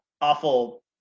awful